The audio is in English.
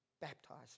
baptized